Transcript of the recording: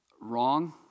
wrong